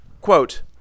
Quote